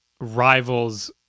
rivals